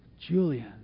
Julian